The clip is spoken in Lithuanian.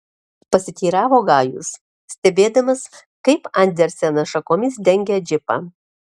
pasiteiravo gajus stebėdamas kaip andersenas šakomis dengia džipą